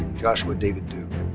joshua david duke.